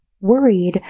worried